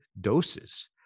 doses